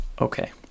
okay